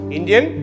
Indian